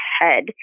head